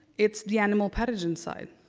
it's the animal pathogen side.